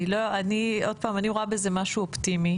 אני רואה בזה משהו אופטימי